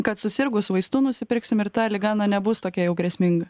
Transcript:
kad susirgus vaistų nusipirksim ir ta liga na nebus tokia jau grėsminga